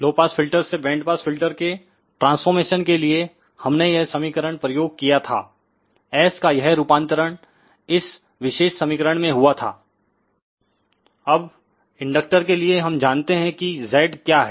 लो pass filter से band pass filter के transformation के लिए हमने यह समीकरण प्रयोग किया था Sका यह रूपांतरण इस विशेष समीकरण में हुआ था अब इंडक्टर के लिए हम जानते हैं कि Zक्या है